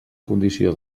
condició